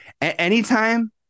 anytime